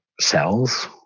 cells